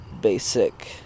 basic